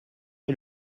est